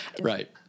Right